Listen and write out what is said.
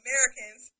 Americans